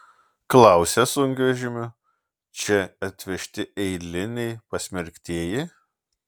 klausia sunkvežimiu čia atvežti eiliniai pasmerktieji